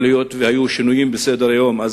אבל היות שהיו שינויים בסדר-היום הם